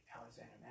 Alexander